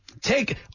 take